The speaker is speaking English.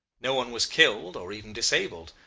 no one was killed, or even disabled,